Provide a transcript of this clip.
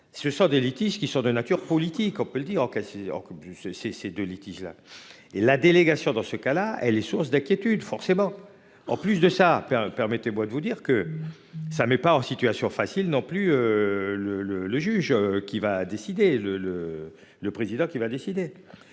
Ce sont des litiges qui sont de nature politique, on peut le dire. Alors que c'est c'est c'est de litige là. Et la délégation dans ce cas-là elle est source d'inquiétude forcément en plus de sa période. Permettez-moi de vous dire que ça met pas en situation facile non plus. Le le le juge qui va décider le le le président qui va décider.